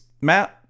Matt